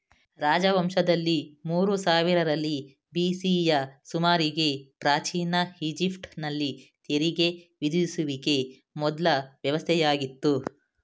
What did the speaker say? ರಾಜವಂಶದಲ್ಲಿ ಮೂರು ಸಾವಿರರಲ್ಲಿ ಬಿ.ಸಿಯ ಸುಮಾರಿಗೆ ಪ್ರಾಚೀನ ಈಜಿಪ್ಟ್ ನಲ್ಲಿ ತೆರಿಗೆ ವಿಧಿಸುವಿಕೆ ಮೊದ್ಲ ವ್ಯವಸ್ಥೆಯಾಗಿತ್ತು